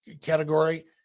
category